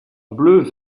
bleu